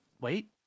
wait